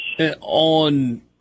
on